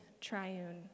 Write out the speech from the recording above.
triune